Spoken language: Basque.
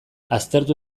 aztertu